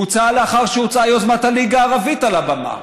בוצע לאחר שהוצעה יוזמת הליגה הערבית על הבמה,